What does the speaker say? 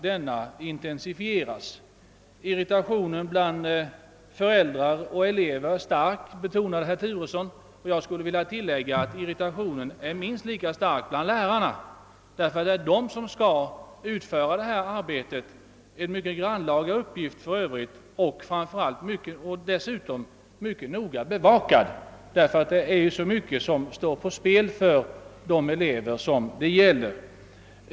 Herr Turesson betonade att irritationen bland föräldrar och elever är stark, och jag skulle vilja tillägga att den är minst lika stark bland lärarna, som skall utföra betygsättningen. Detta är en mycket grannlaga uppgift, som dessutom är mycket noga bevakad, eftersom så mycket står på spel för de elever det gäller.